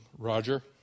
Roger